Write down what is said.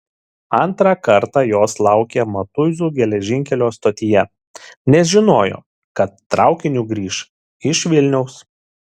antrą kartą jos laukė matuizų geležinkelio stotyje nes žinojo kad traukiniu grįš iš vilniaus